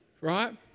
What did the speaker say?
right